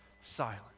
silent